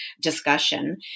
discussion